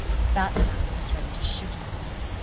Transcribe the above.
at that time he was ready to shoot himself.